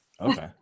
okay